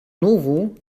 novo